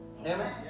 Amen